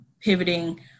pivoting